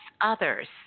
others